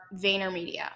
VaynerMedia